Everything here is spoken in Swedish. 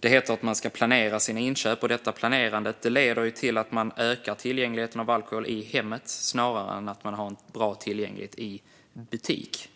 Det heter att man ska planera sina inköp. Detta planerande leder till ökad tillgänglighet på alkohol i hemmet snarare än att ha bra tillgänglighet i butik.